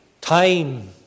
time